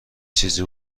چیزی